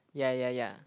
yeah yeah yeah